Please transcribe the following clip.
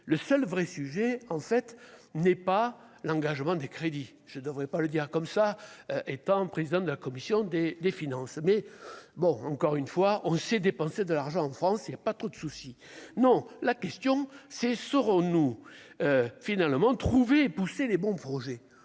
le seul vrai sujet en fait n'est pas l'engagement des crédits, je devrais pas le dire comme ça, étant président de la commission des des finances mais bon, encore une fois on sait dépenser de l'argent en France il y a pas trop de soucis, non, la question c'est : Soro nous finalement trouvé pousser les bons projets,